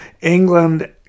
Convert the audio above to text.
England